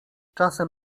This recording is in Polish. czasem